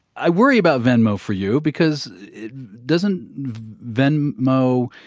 i worry about venmo for you because doesn't venmo